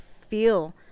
feel